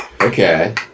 Okay